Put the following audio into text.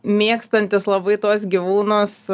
mėgstantys labai tuos gyvūnus